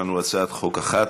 יש לנו הצעת חוק אחת.